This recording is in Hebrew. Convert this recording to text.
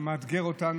אתה מאתגר אותנו.